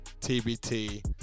TBT